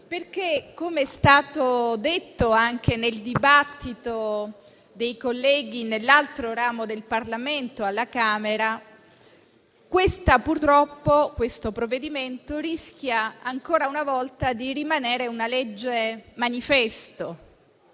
perché - com'è stato detto anche nel dibattito dei colleghi nell'altro ramo del Parlamento, alla Camera - questo provvedimento purtroppo rischia, ancora una volta, di rimanere una legge manifesto,